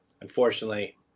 unfortunately